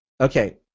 Okay